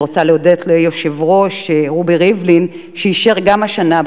אני רוצה להודות ליושב-ראש רובי ריבלין שאישר גם השנה,